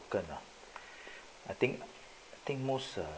~ken ah I think I think most err~